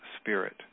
spirit